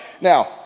Now